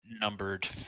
numbered